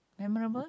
memorable